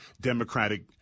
Democratic